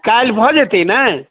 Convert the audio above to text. काल्हि भऽ जेतय ने